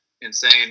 insane